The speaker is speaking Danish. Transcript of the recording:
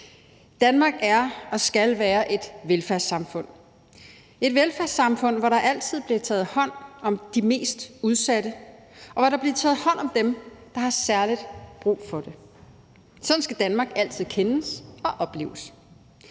Danmark er og skal være et velfærdssamfund – et velfærdssamfund, hvor der altid bliver taget hånd om de mest udsatte, og hvor der bliver taget hånd om dem, der har særlig brug for det. Sådan skal Danmark altid kendes og opleves.